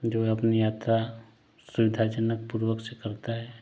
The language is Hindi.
जो अपने यात्रा सुविधाजनकपूर्वक से करता है